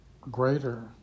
greater